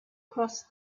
crossed